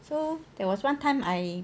so there was one time I